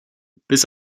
bis